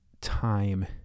time